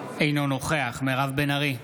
אינו נוכח מירב בן ארי,